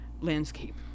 landscape